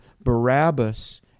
Barabbas